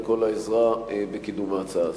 על כל העזרה בקידום ההצעה הזאת.